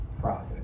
profit